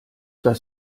das